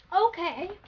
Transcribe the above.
Okay